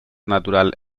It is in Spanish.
natural